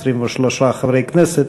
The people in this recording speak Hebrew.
23 חברי כנסת.